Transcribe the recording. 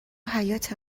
حیاط